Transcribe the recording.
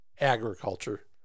agriculture